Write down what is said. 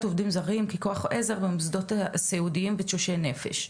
עובדים זרים ככוח עזר במוסדות סיעודיים ותשושי נפש,